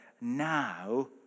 Now